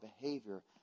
behavior